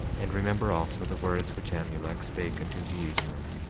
and remember also the words which amulek spake unto zeezrom,